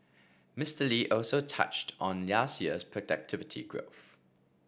Mister Lee also touched on last year's productivity growth